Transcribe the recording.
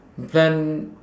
we plan